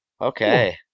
Okay